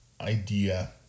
idea